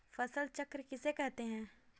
फसल चक्र किसे कहते हैं?